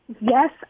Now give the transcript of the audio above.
Yes